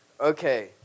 Okay